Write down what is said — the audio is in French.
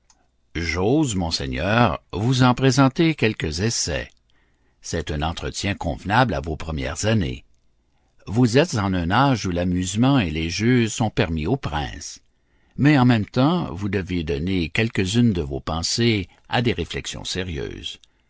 j'ose monseigneur vous en présenter quelques essais c'est un entretien convenable à vos premières années vous êtes en un âge où l'amusement et les jeux sont permis aux princes mais en même temps vous devez donner quelques-unes de vos pensées à des réflexions sérieuses